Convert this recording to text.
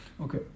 Okay